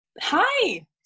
hi